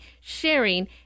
sharing